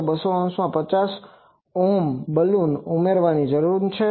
તો 200 ઓહ્મમાં 50 ઓહ્મ બલૂન ઉમેરવાની જરૂર છે